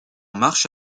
marche